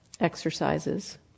exercises